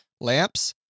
lamps